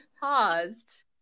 paused